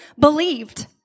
believed